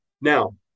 Now